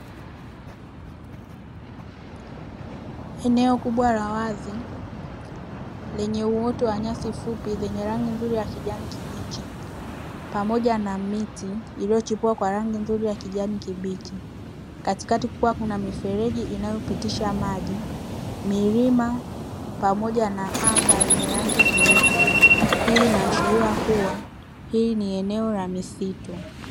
Eneo kubwa la wazi lenye uoto wa nyasi fupi zenye rangi nzuri ya kijani kibichi pamoja na miti iliyochipua kwa rangi nzuri ya kijani kibichi katikati kukiwa na mifereji inayopitisha maji, milima pamoja na anga lenye rangi nyeupe. Hii inaashiria kuwa hili ni eneo la misitu.